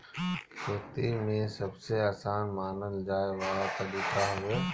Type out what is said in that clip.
खेती में सबसे आसान मानल जाए वाला तरीका हवे